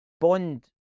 bond